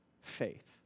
faith